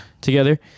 together